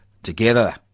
together